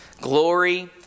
glory